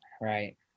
Right